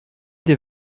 des